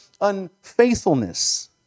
unfaithfulness